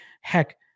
Heck